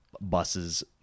buses